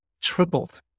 tripled